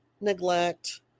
neglect